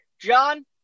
John